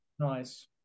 Nice